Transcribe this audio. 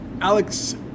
Alex